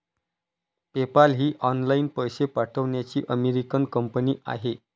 PayPal ही online पैसे पाठवण्याची अमेरिकन कंपनी आहे